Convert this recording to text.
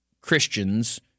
Christians